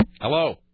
Hello